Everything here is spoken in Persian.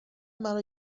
مرا